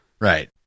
right